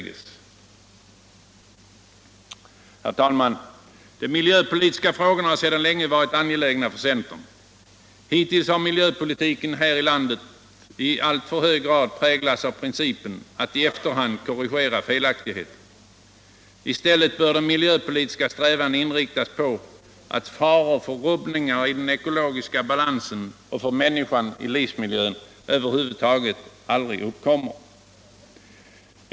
Herr talman! De miljöpolitiska frågorna har sedan länge varit angelägna för centern. Hittills har miljöpolitiken här i landet i alltför hög grad präglats av principen att i efterhand korrigera felaktigheter. I stället bör de miljöpolitiska strävandena inriktas på att faror för rubbningar i den ekologiska balansen och för människan i livsmiljön över huvud taget aldrig uppkommer.